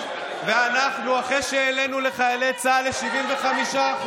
ואחרי שהעלינו לחיילי צה"ל ל-75%,